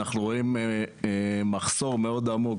אנחנו רואים מחסור מאוד עמוק